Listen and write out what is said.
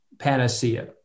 panacea